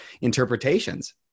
interpretations